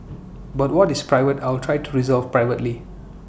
but what is private I will try to resolve privately